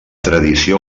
tradició